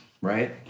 right